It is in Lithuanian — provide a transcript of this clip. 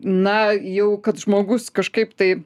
na jau kad žmogus kažkaip tai